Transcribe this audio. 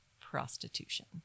prostitution